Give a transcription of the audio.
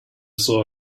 saw